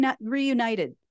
reunited